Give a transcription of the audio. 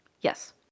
Yes